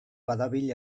badabil